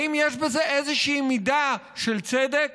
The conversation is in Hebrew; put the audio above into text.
האם יש בזה איזושהי מידה של צדק?